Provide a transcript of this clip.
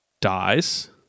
dies